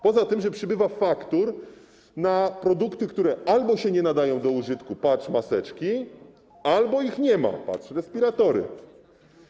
Poza tym, że przybywa faktur na produkty, które albo się nie nadają do użytku, patrz: maseczki, albo ich nie ma, patrz: respiratory.